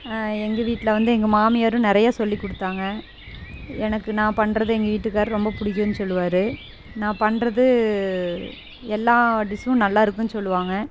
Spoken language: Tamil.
எங்கள் வீட்டில் வந்து எங்கள் மாமியாரும் நிறையா சொல்லிக் கொடுத்தாங்க எனக்கு நான் பண்ணுறது எங்கள் வீட்டுக்காரரு ரொம்ப பிடிக்குன்னு சொல்லுவார் நான் பண்ணுறது எல்லா டிஷ்ஷும் நல்லா இருக்குதுன்னு சொல்லுவாங்க